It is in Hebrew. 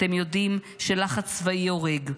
אתם יודעים שלחץ צבאי הורג.